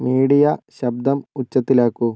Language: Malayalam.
മീഡിയ ശബ്ദം ഉച്ചത്തിലാക്കൂ